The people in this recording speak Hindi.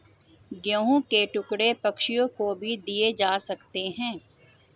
गेहूं के टुकड़े पक्षियों को भी दिए जा सकते हैं